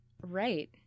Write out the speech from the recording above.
Right